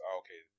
okay